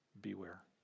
Beware